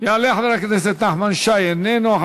יעלה חבר הכנסת נחמן שי, איננו.